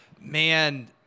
man